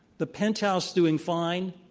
the penthouse doing fine,